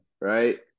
right